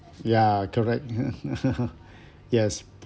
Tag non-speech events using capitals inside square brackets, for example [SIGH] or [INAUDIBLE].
ya correct [LAUGHS] [BREATH] yes